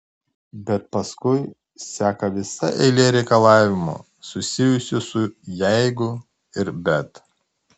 bet paskui seka visa eilė reikalavimų susijusių su jeigu ir bet